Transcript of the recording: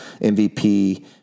MVP